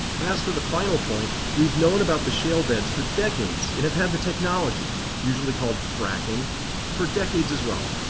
as for the final point, we've known about the shale beds for decades and have had the technology, usually called fracking for decades as well.